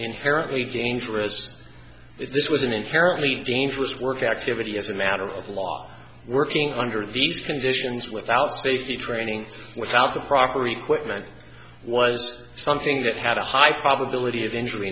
inherently dangerous if this was an inherently dangerous work activity as a matter of law working under these conditions without safety training without the proper equipment was something that had a high probability of injury